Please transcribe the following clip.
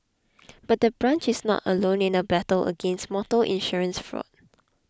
but the branch is not alone in the battle against motor insurance fraud